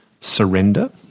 surrender